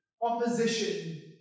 opposition